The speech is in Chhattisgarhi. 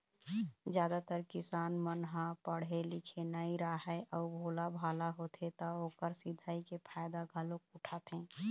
जादातर किसान मन ह पड़हे लिखे नइ राहय अउ भोलाभाला होथे त ओखर सिधई के फायदा घलोक उठाथें